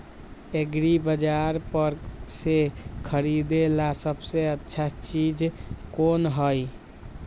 एग्रिबाजार पर से खरीदे ला सबसे अच्छा चीज कोन हई?